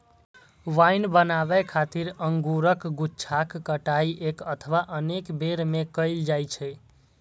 wine बनाबै खातिर अंगूरक गुच्छाक कटाइ एक अथवा अनेक बेर मे कैल जाइ छै